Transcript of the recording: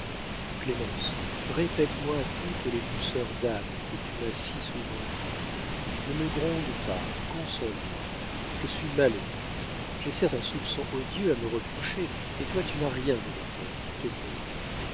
clémence répète-moi toutes les douceurs d'âme que tu m'as si souvent dites ne me gronde pas console moi je suis malheureux j'ai certes un soupçon odieux à me reprocher et toi tu n'as rien dans le cœur qui te brûle